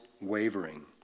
wavering